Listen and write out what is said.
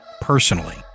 personally